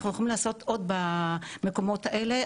אנחנו יכולים לעשות במקומות האלה עוד.